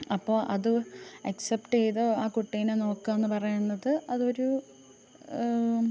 അപ്പോൾ അത് ആക്സെപറ്റ് ചെയ്ത് ആ കുട്ടീനെ നോക്കാം എന്ന് പറയുന്നത് അതൊരു